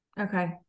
Okay